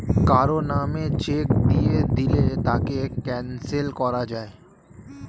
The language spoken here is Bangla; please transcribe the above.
কারো নামে চেক দিয়ে দিলে তাকে ক্যানসেল করা যায়